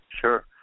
sure